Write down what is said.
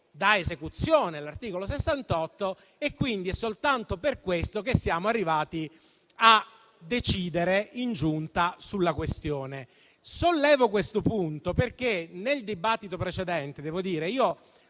dà esecuzione all'articolo 68, quindi è soltanto per questo che siamo arrivati a decidere in Giunta sulla questione. Sollevo questo punto perché nel dibattito precedente ho trovato